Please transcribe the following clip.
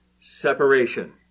separation